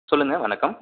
சொல்லுங்க வணக்கம்